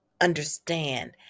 understand